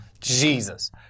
Jesus